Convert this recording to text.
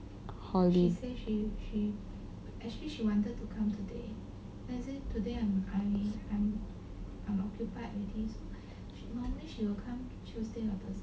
holidays